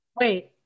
wait